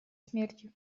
смертью